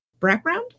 Background